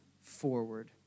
forward